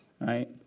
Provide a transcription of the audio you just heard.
right